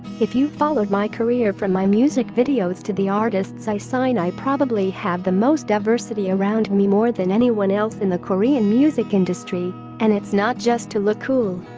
if you've followed my career from my music videos to the artists i sign i probably have the most diversity around me more than anyone else in the korean music industry and it's not just to look cool.